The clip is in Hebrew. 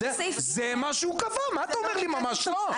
זה מה שהוא קבע, מה אתה אומר לי ממש לא?